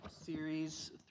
series